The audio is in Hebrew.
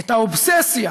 את האובססיה